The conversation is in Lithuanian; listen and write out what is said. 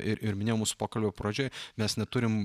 ir ir minėjau mūsų pokalbio pradžioj mes neturim